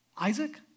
Isaac